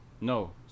No